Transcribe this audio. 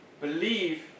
believe